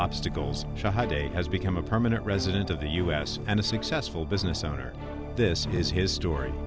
obstacles has become a permanent resident of the u s and a successful business owner this is his story